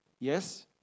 Yes